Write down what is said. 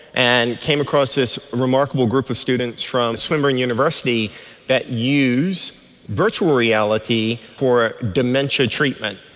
and came across this remarkable group of students from swinburne university that use virtual reality for dementia treatment.